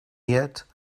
yet